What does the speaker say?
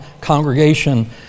congregation